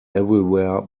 everywhere